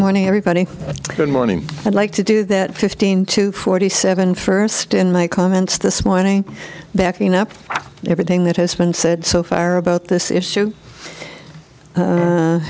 good morning i'd like to do that fifteen to forty seven first in my comments this morning backing up everything that has been said so far about this issue